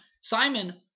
Simon